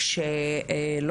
מעמיקה יותר,